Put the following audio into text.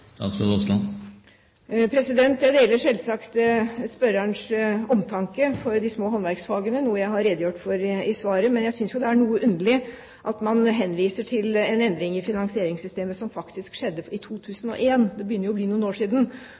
selvsagt spørrerens omtanke for de små håndverksfagene, noe jeg har redegjort for i svaret. Men jeg synes jo det er noe underlag at man henviser til en endring i finansieringssystemet som faktisk skjedde i 2001 – det begynner jo å bli noen år siden.